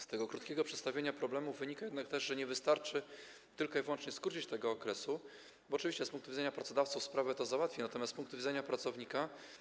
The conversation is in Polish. Z tego krótkiego przedstawienia problemu wynika jednak, że nie wystarczy tylko i wyłącznie skrócić tego okresu, bo oczywiście z punktu widzenia pracodawców to załatwi sprawę, natomiast z punktu widzenia pracownika.